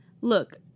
Look